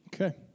Okay